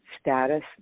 status